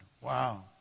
Wow